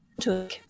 took